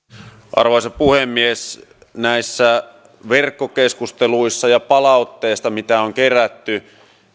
arvoisa puhemies näissä verkkokeskusteluissa ja palautteessa mitä on kerätty